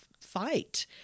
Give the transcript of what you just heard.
fight